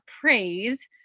praise